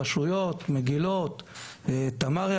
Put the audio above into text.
רשות מגילות ורשות תמר,